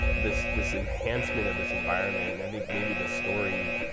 this this enhancement of this environment i think maybe this story